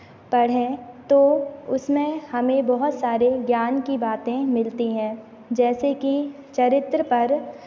पढ़ें तो उसमें हमें बहुत सारे ज्ञान की बातें मिलती हैं जैसे कि चरित्र पर